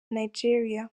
nigeria